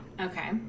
Okay